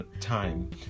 time